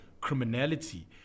criminality